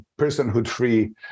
personhood-free